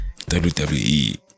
WWE